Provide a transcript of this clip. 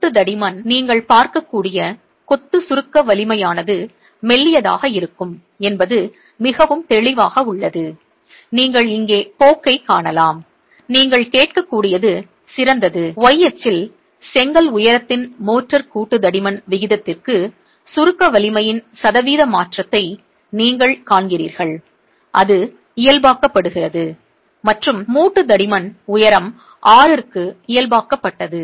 மூட்டு தடிமன் நீங்கள் பார்க்கக்கூடிய கொத்து சுருக்க வலிமையானது மெல்லியதாக இருக்கும் என்பது மிகவும் தெளிவாக உள்ளது நீங்கள் இங்கே போக்கைக் காணலாம் நீங்கள் கேட்கக்கூடியது சிறந்தது y அச்சில் செங்கல் உயரத்தின் மோர்டார் கூட்டு தடிமன் விகிதத்திற்கு சுருக்க வலிமையின் சதவீத மாற்றத்தை நீங்கள் காண்கிறீர்கள் அது இயல்பாக்கப்படுகிறது மற்றும் மூட்டு தடிமன் உயரம் 6 ற்கு இயல்பாக்கப்பட்டது